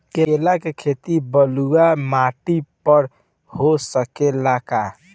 केला के खेती बलुआ माटी पर हो सकेला का?